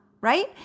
right